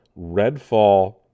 Redfall